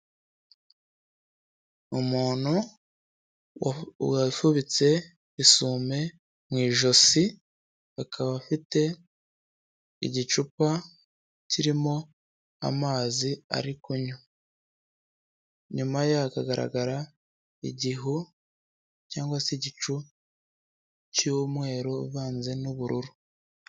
Umuntu wifubitse isume mu ijosi, akaba afite igicupa kirimo amazi ari kunywa, inyuma ya hakagaragara igihu cyangwa se igicu cy'umweru uvanze n'ubururu.